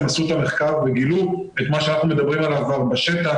עשו את המחקר וגילו את מה שאנחנו מדברים עליו כבר בשטח,